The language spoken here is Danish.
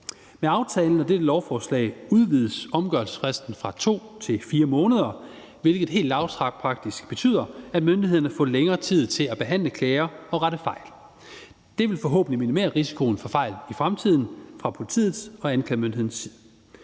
Med aftalen og dette lovforslag udvides omgørelsesfristen fra 2 til 4 måneder, hvilket helt lavpraktisk betyder, at myndighederne får længere tid til at behandle klager og rette fejl. Det vil forhåbentlig minimere risikoen for fejl i fremtiden fra politiets og anklagemyndighedens